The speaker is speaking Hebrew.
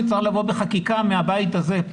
זה דבר שצריך לבוא בחקיקה מהבית הזה.